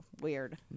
Weird